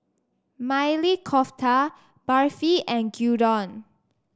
Maili Kofta Barfi and Gyudon